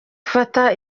ifata